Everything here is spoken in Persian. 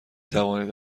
توانید